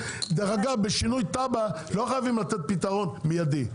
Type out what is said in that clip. דרך אגב, בשינוי תב"ע לא חייבים לתת פתרון מידי;